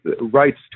rights